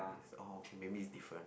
it's orh okay maybe it's different